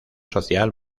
social